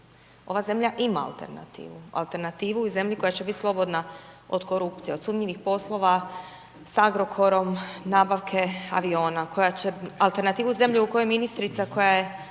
Ova zemlja ima alternativu, alternativu u zemlji koja će biti slobodna od korupcije, od sumnjivih poslova s Agrokorom, nabavke aviona, koja će, alternativnu zemlje u kojoj ministrica koja treba